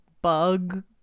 bug